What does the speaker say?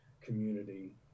community